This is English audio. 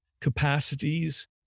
capacities